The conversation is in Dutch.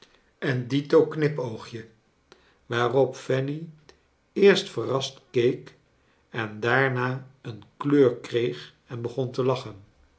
en dito knipoogje waarop fanny eerst verrast keek en daarna een kleur kreeg en begon to lachen